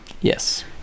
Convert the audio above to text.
Yes